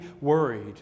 worried